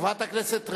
חברת הכנסת רגב,